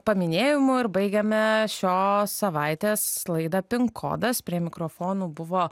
paminėjimu ir baigiame šios savaitės laidą pink kodas prie mikrofonų buvo